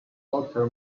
doctor